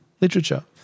literature